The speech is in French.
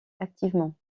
activement